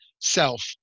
self